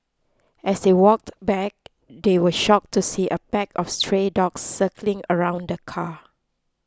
as they walked back they were shocked to see a pack of stray dogs circling around the car